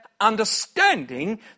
understanding